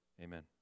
Amen